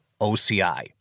OCI